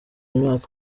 imyaka